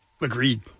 agreed